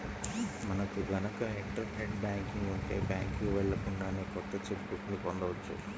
మనకు గనక internet banking ఉంటే బ్యాంకుకి వెళ్ళకుండానే కొత్త చెక్ బుక్ ని పొందవచ్చు